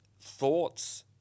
thoughts